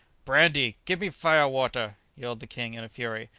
brandy! give me fire-water! yelled the king, in a fury.